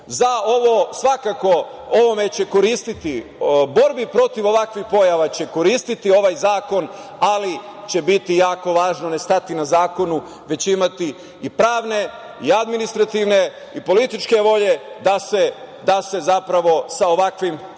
takvu socijalnu pomoć. Borbi protiv ovakvih pojava će koristiti ovaj zakon, ali će biti jako važno ne stati na zakonu, već imati i pravne i administrativne i političke volje da se sa ovakvim pojavama